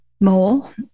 more